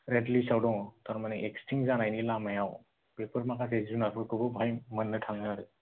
रेद list आव दङ थारमानि एक्सथिं जानायनि लामायाव बेफोर माखासे जुनादफोरखौबो बाहाय मोन्नो थाङो आरो